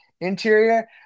interior